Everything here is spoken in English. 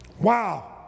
Wow